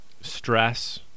stress